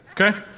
okay